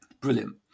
Brilliant